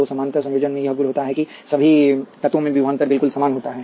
तो समानांतर संयोजन में यह गुण होता है कि सभी तत्वों में विभवांतर बिल्कुल समान होता है